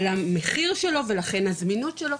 על המחיר שלו ולכן הזמינות שלו,